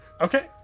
Okay